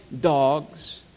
dogs